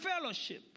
fellowship